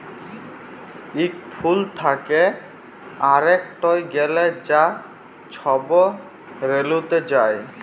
ইক ফুল থ্যাকে আরেকটয় গ্যালে যা ছব রেলুতে যায়